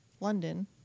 London